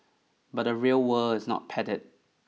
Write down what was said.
but the real world is not padded